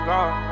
God